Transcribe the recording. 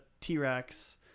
T-Rex